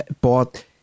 bought